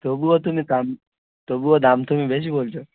তবুও তুমি দাম তবুও দাম তুমি বেশি বলছ